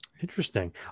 Interesting